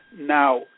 Now